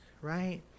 Right